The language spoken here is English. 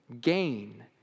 gain